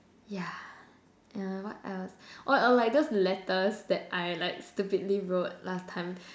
yeah uh what else or or like those letters that I like stupidly wrote last time